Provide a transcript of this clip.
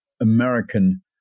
American